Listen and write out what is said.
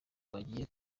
bagiye